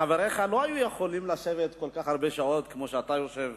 חבריך לא היו יכולים לשבת כל כך הרבה שעות כמו שאתה יושב.